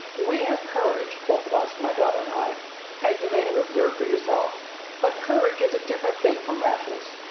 we have courage, both of us my daughter and i as you may have observed for yourself but courage is a different thing from rashness.